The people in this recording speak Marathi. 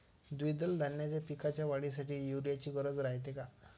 द्विदल धान्याच्या पिकाच्या वाढीसाठी यूरिया ची गरज रायते का?